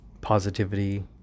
positivity